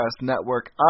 Network